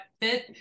fit